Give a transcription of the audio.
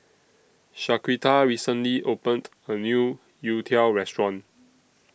Shaquita recently opened A New Youtiao Restaurant